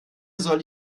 soll